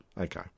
Okay